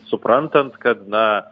suprantant kad na